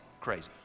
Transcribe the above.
crazy